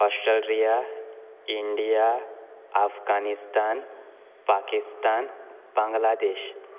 Australia India Afghanistan Pakistan Bangladesh